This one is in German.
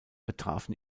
betrafen